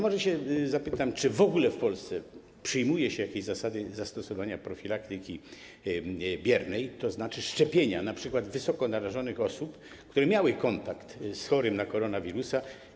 Może zapytam: Czy w ogóle w Polsce przyjmuje się jakieś zasady zastosowania profilaktyki biernej, tzn. szczepienia immunoglobuliną np. wysoko narażonych osób, które miały kontakt z chorym na koronawirusa?